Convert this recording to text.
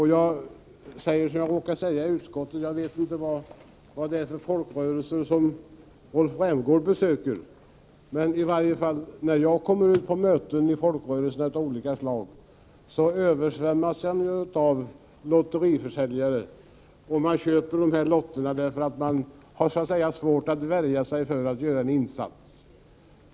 Jag säger som jag råkade säga i utskottet: Jag vet inte vad det är för folkrörelser som Rolf Rämgård besöker. Men när jag kommer på möten inom folkrörelser av olika slag översvämmas jag av lottförsäljare. Man köper dessa lotter därför att man har svårt att låta bli att göra en insats för verksamheten.